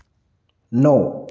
नौ